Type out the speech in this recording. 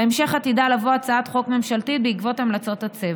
בהמשך עתידה לבוא הצעת חוק ממשלתית בעקבות המלצות הצוות.